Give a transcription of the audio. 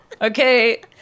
Okay